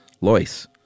Lois